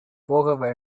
போக